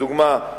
לדוגמה,